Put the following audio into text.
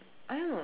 I don't know